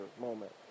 moment